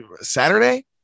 Saturday